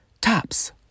tops